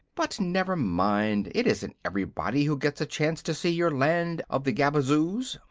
but never mind. it isn't everybody who gets a chance to see your land of the gabazoos.